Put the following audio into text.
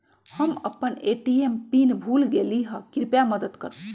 हम अपन ATM PIN भूल गेली ह, कृपया मदत करू